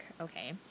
Okay